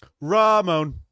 Ramon